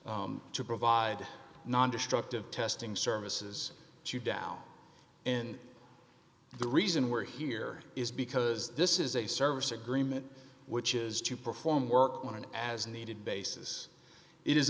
to provide nondestructive testing services to you down in the reason we're here is because this is a service agreement which is to perform work on an as needed basis i